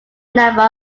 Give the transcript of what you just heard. number